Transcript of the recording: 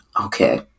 Okay